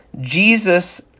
Jesus